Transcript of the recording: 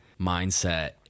mindset